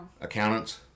Accountants